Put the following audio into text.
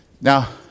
Now